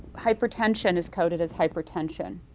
hypertension is coded as hypertension,